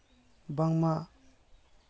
ᱵᱟᱝᱢᱟ